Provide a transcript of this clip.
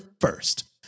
first